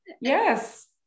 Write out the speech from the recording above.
Yes